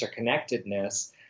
interconnectedness